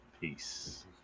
Peace